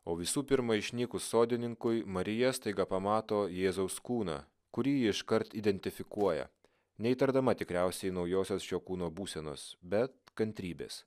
o visų pirma išnykus sodininkui marija staiga pamato jėzaus kūną kurį ji iškart identifikuoja neįtardama tikriausiai naujosios šio kūno būsenos bet kantrybės